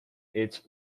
its